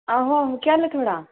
आहो आहो केह् हाल ऐ थोहाड़ा